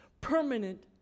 permanent